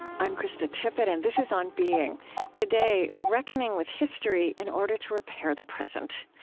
i'm krista tippett, and this is on being today, reckoning with history in order to repair the present.